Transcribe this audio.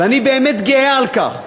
ואני באמת גאה על כך.